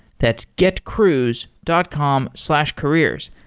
that's getcruise dot com slash careers.